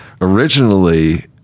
originally